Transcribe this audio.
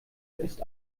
ist